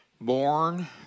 born